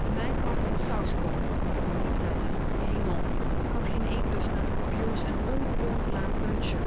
de meid bracht n sauskom waarop ik niet lette hemel k had geen eetlust na t copieus en ongewoon laat lunchen